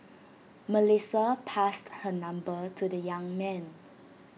Melissa passed her number to the young man